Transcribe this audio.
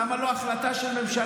למה לא החלטה של ממשלה?